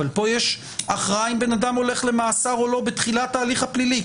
אבל פה יש הכרעה אם אדם הולך למאסר או לא בתחילת ההליך הפלילי,